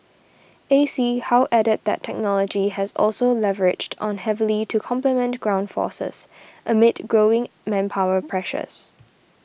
A C how added that technology has also leveraged on heavily to complement ground forces amid growing manpower pressures